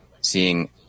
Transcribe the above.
seeing